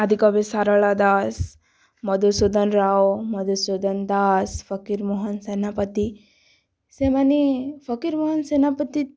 ଆଦିକବି ଶାରଳା ଦାଶ୍ ମଧୁସୂଦନ ରାଓ ମଧୁସୂଦନ ଦାଶ୍ ଫକୀର ମୋହନ୍ ସେନାପତି ସେମାନେ ଫକୀର ମୋହନ୍ ସେନାପତି